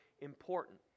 important